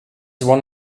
one